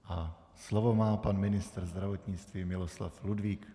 A slovo má pan ministr zdravotnictví Miloslav Ludvík.